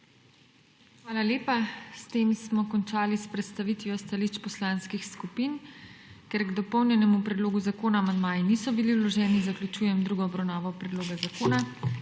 Hvala lepa. S tem smo končali s predstavitvijo stališč poslanskih skupin. Ker k dopolnjenemu predlogu zakona amandmaji niso bili vloženi, zaključujem drugo obravnavo predloga zakona